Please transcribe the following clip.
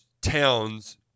towns